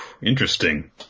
interesting